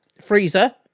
Freezer